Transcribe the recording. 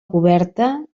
coberta